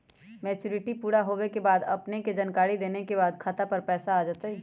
Maturity पुरा होवे के बाद अपने के जानकारी देने के बाद खाता पर पैसा आ जतई?